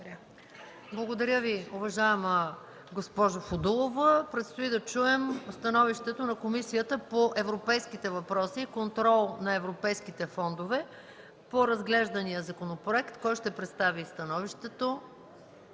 Благодаря Ви, уважаема госпожо Фудулова. Предстои да чуем становището на Комисията по европейските въпроси и контрол на европейските фондове по разглеждания законопроект. Моля да представите становището